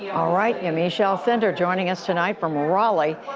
yeah all right, yamiche alcindor joining us tonight from raleigh,